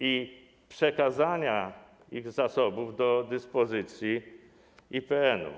i przekazania ich zasobów do dyspozycji IPN-u.